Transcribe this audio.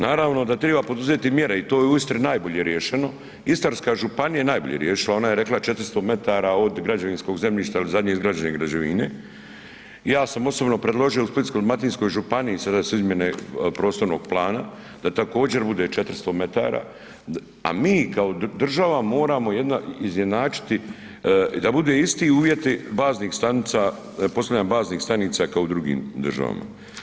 Naravno da triba poduzeti mjere i to je u Istri najbolje riješeno, Istarska županija je najbolje riješila, ona je rekla 400 metara od građevinskog zemljišta ili zadnje izgrađene građevine, ja sam osobno predložio u Splitsko-dalmatinskoj županiji, sada su izmjene prostornog plana, da također bude 400 metara, a mi kao država moramo izjednačiti da bude isti uvjeti baznih stanica, postavljanje baznih stanica kao u drugim državama.